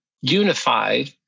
unified